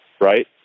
Right